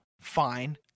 Fine